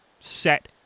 set